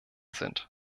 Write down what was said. sind